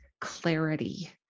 clarity